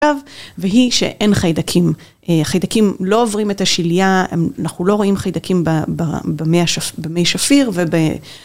והיא שאין חיידקים. חיידקים לא עוברים את השילייה, אנחנו לא רואים חיידקים במי שפיר